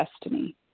destiny